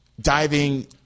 diving